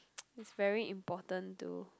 it's very important to